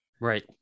Right